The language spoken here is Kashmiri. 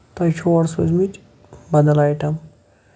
تۄہہِ چھِو اور سوٗزمٕتۍ بدل آیٹم